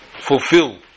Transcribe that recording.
fulfill